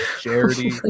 Charity